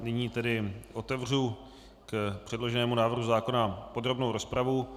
Nyní tedy otevřu k předloženému návrhu zákona podrobnou rozpravu.